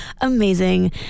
Amazing